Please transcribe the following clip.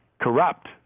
corrupt